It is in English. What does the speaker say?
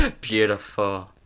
Beautiful